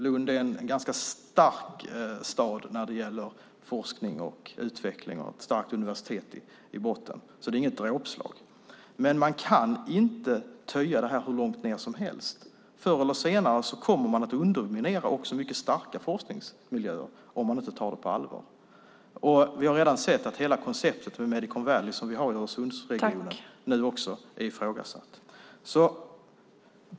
Lund är en stark stad när det gäller forskning och utveckling med ett starkt universitet i botten. Det är inget dråpslag. Men man kan inte töja det här hur långt som helst. Förr eller senare kommer man att underminera också mycket starka forskningsmiljöer om detta inte tas på allvar. Vi har redan sett att hela konceptet med Medicon Valley i Öresundsregionen nu också är ifrågasatt.